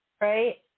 right